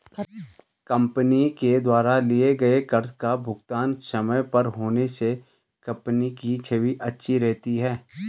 company के द्वारा लिए गए कर्ज का भुगतान समय पर होने से कंपनी की छवि अच्छी रहती है